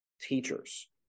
teachers